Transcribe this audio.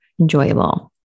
enjoyable